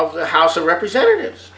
of the house of representatives